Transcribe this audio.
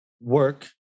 work